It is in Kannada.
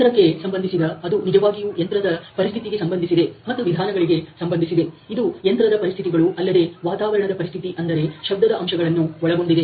ಯಂತ್ರಕ್ಕೆ ಸಂಬಂಧಿಸಿದ ಅದು ನಿಜವಾಗಿಯೂ ಯಂತ್ರದ ಪರಿಸ್ಥಿತಿಗೆ ಸಂಬಂಧಿಸಿದೆ ಮತ್ತು ವಿಧಾನಗಳಿಗೆ ಸಂಬಂಧಿಸಿದೆ ಇದು ಯಂತ್ರದ ಪರಿಸ್ಥಿತಿಗಳು ಅಲ್ಲದೆ ವಾತಾವರಣದ ಪರಿಸ್ಥಿತಿ ಅಂದರೆ ಶಬ್ದದ ಅಂಶಗಳನ್ನು ಒಳಗೊಂಡಿದೆ